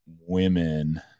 women